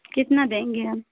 کتنا دیں گی آپ